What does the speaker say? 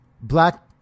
black